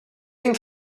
ein